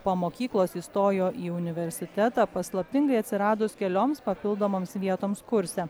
po mokyklos įstojo į universitetą paslaptingai atsiradus kelioms papildomoms vietoms kurse